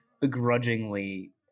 begrudgingly